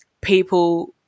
People